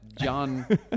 John